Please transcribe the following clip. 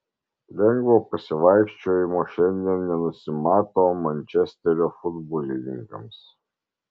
lengvo pasivaikščiojimo šiandien nenusimato mančesterio futbolininkams